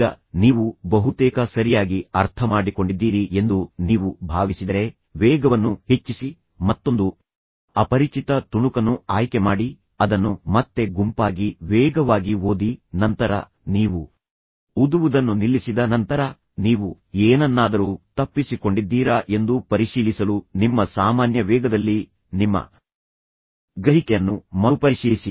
ಈಗ ನೀವು ಬಹುತೇಕ ಸರಿಯಾಗಿ ಅರ್ಥಮಾಡಿಕೊಂಡಿದ್ದೀರಿ ಎಂದು ನೀವು ಭಾವಿಸಿದರೆ ವೇಗವನ್ನು ಹೆಚ್ಚಿಸಿ ಮತ್ತೊಂದು ಅಪರಿಚಿತ ತುಣುಕನ್ನು ಆಯ್ಕೆ ಮಾಡಿ ಅದನ್ನು ಮತ್ತೆ ಗುಂಪಾಗಿ ವೇಗವಾಗಿ ಓದಿ ನಂತರ ನೀವು ಓದುವುದನ್ನು ನಿಲ್ಲಿಸಿದ ನಂತರ ನೀವು ಏನನ್ನಾದರೂ ತಪ್ಪಿಸಿಕೊಂಡಿದ್ದೀರಾ ಎಂದು ಪರಿಶೀಲಿಸಲು ನಿಮ್ಮ ಸಾಮಾನ್ಯ ವೇಗದಲ್ಲಿ ನಿಮ್ಮ ಗ್ರಹಿಕೆಯನ್ನು ಮರುಪರಿಶೀಲಿಸಿ